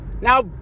Now